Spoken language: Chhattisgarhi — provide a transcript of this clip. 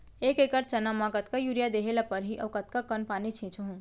एक एकड़ चना म कतका यूरिया देहे ल परहि अऊ कतका कन पानी छींचहुं?